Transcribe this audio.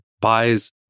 buys